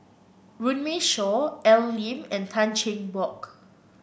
Runme Shaw Al Lim and Tan Cheng Bock